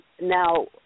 Now